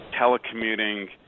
telecommuting